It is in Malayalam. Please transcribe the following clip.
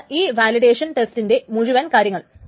ഇതാണ് ഈ വാലിഡേഷൻ ടെസ്റ്റിൻറെ മുഴുവൻ കാര്യങ്ങൾ